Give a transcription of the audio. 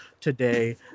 today